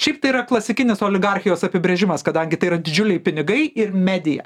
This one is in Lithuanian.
šiaip tai yra klasikinis oligarchijos apibrėžimas kadangi tai yra didžiuliai pinigai ir medija